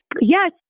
Yes